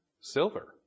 Silver